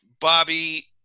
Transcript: Bobby